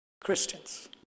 Christians